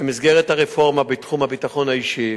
במסגרת הרפורמה בתחום הביטחון האישי